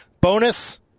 Bonus